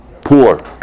poor